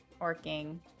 working